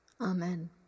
Amen